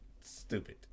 stupid